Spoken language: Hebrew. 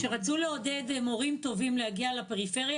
כשרצו לעודד מורים טובים להגיע לפריפריה